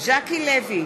ז'קי לוי,